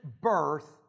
birth